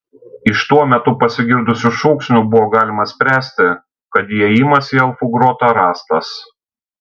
iš tuo metu pasigirdusių šūksnių buvo galima spręsti kad įėjimas į elfų grotą rastas